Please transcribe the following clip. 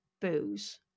booze